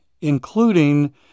including